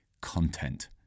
content